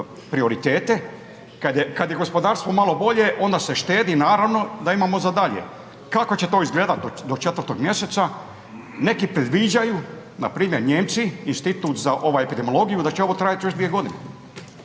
prioritete. Kad je, kad je gospodarstvo malo bolje onda se štedi naravno da imamo za dalje. Kako će to izgledat do 4. mjeseca? Neki predviđaju, npr. Nijemci, Institut za, ovaj, epidemiologiju, da će ovo trajat još 2.g.